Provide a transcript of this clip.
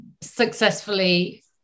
successfully